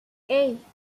hey